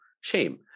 shame